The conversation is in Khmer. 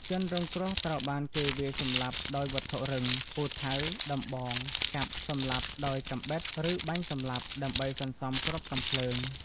ជនរងគ្រោះត្រូវបានគេវាយសម្លាប់ដោយវត្ថុរឹង (ពូថៅ ដំបង) កាប់ សម្លាប់ដោយកាំបិត ឬបាញ់សម្លាប់ ដើម្បីសន្សំគ្រាប់កាំភ្លើង។